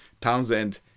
townsend